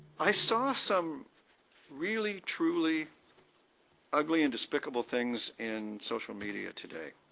i saw some really truly ugly and despicable things in social media today